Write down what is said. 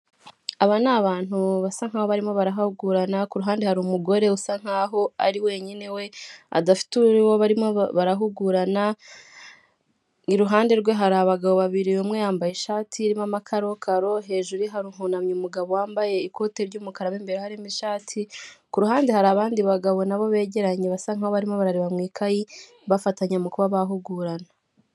Kigali Kibagabaga hari inzu ikodeshwa ifite ibyumba bitanu. Ikodeshwa mu madolari magana abiri na mirongo ine, mu gihe kingana n'ukwezi kumwe konyine.